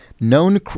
known